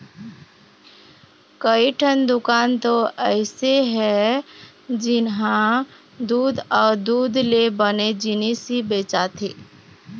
कइठन दुकान तो अइसे हे जिंहा दूद अउ दूद ले बने जिनिस ही बेचाथे